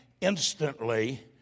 instantly